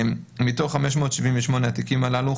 מתוך 578 התיקים הללו,